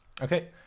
Okay